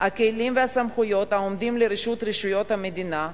הכלים והסמכויות העומדים לרשות רשויות המדינה,